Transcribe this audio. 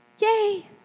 Yay